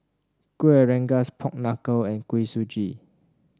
Kueh Rengas Pork Knuckle and Kuih Suji